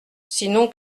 sinon